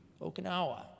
Okinawa